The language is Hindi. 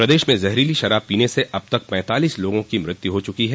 प्रदेश में जहरीली शराब पीने से अब तक पैतालीस लोगों की मौत हा चुकी है